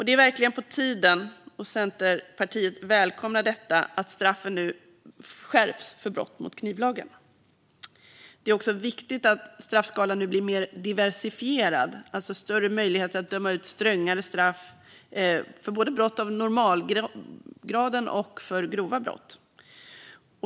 Det är verkligen på tiden - och Centerpartiet välkomnar detta - att straffen för brott mot knivlagen nu skärps. Det är också viktigt att straffskalan nu blir mer diversifierad med större möjligheter att döma ut strängare straff för både brott av normalgraden och för grova brott.